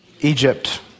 Egypt